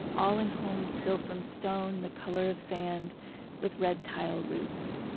all in homes built from stone the color of sand with red tile roofs.